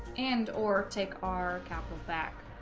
and or take our capital back